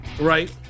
Right